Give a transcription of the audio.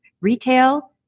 retail